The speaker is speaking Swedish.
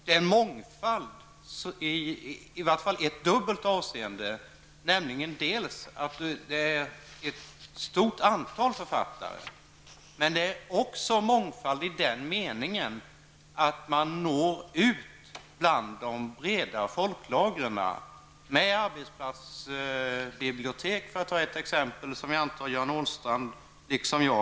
Det handlar om mångfald i dubbelt avseende: det är ett stort antal författare, och man når ut i de breda folklagren, t.ex. med arbetsplatsbibliotek, som jag antar att Göran Åstrand har studerat liksom jag.